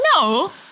no